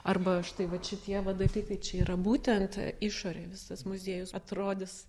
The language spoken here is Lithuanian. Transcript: arba štai va šitie va daiktai tai čia yra būtent išorė visas muziejus atrodys